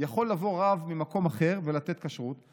יכול לבוא רב ממקום אחר ולתת כשרות.